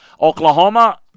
Oklahoma